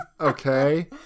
okay